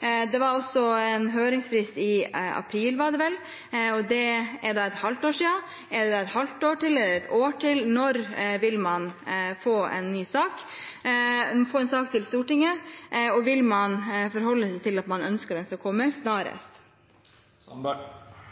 Er det et halvt år til? Er det et år til? Når vil man få en sak til Stortinget, og vil man forholde seg til at man ønsker at den skal komme snarest?